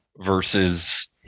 Versus